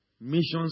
missions